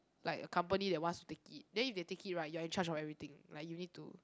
like a company that wants to take it then if they take it right you are in charge of everything like you need to